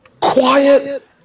quiet